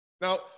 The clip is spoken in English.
Now